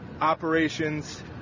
operations